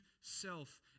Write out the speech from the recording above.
self